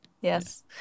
Yes